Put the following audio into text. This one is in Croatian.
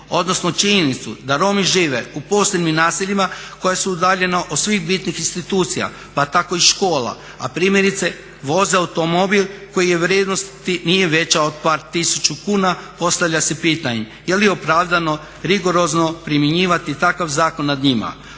odnosno činjenicu da Romi žive u posebnim naseljima koja su udaljena od svih bitnih institucija, pa tako i škola, a primjerice voze automobil koji vrijednost nije veća od par tisuću kuna. Postavlja se pitanje je li opravdano rigorozno primjenjivati takav zakon nad njima.